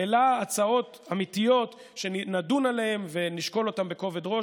אלא הצעות אמיתיות שנדון עליהן ונשקול אותן בכובד ראש.